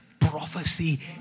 prophecy